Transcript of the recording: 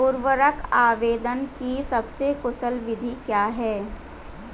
उर्वरक आवेदन की सबसे कुशल विधि क्या है?